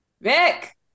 Vic